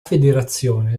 federazione